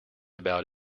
about